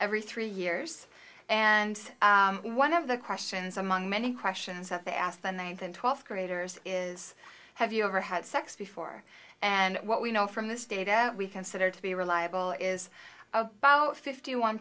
every three years and one of the questions among many questions that they asked the ninth and twelfth graders is have you ever had sex before and what we know from this data that we consider to be reliable is about fifty one